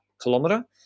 kilometer